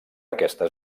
aquestes